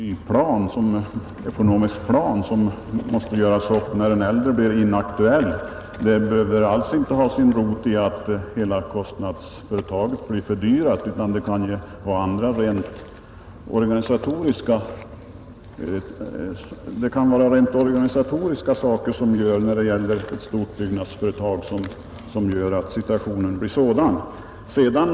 Herr talman! En ekonomisk plan som måste göras upp när en äldre blir inaktuell behöver alls inte ha sin rot i att hela byggnadsföretaget blir fördyrat, utan det kan vara rent organisatoriska faktorer i och för sig som gör en ny plan nödvändig.